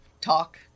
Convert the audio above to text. Talk